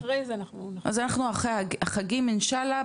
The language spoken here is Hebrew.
אז אנחנו אחרי החגים אינשאללה,